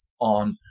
on